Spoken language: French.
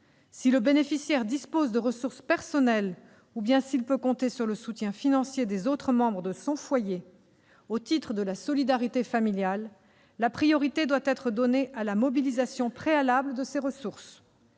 Si le bénéficiaire dispose de ressources personnelles ou s'il peut compter sur le soutien financier des autres membres de son foyer au titre de la solidarité familiale, la priorité doit être donnée à la mobilisation préalable de ces ressources.